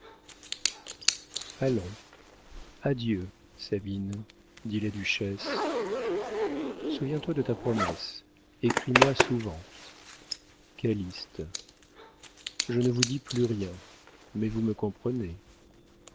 allons adieu sabine dit la duchesse souviens-toi de ta promesse écris-moi souvent calyste je ne vous dis plus rien mais vous me comprenez